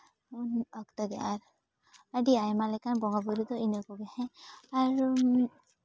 ᱩᱱ ᱚᱠᱛᱚ ᱜᱮ ᱟᱨ ᱟᱹᱰᱤ ᱟᱭᱢᱟ ᱞᱮᱠᱟᱱ ᱵᱚᱸᱜᱟᱼᱵᱩᱨᱩ ᱫᱚ ᱤᱱᱟᱹ ᱠᱚᱜᱮ ᱦᱮᱸ ᱟᱨ